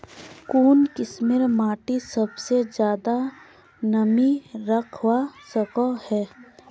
कुन किस्मेर माटी सबसे ज्यादा नमी रखवा सको हो?